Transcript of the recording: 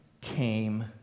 came